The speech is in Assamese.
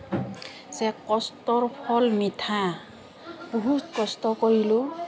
যে কষ্টৰ ফল মিঠা বহুত কষ্ট কৰিলোঁ